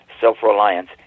self-reliance